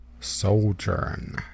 Sojourn